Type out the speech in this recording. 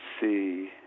see